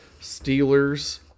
Steelers